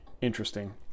interesting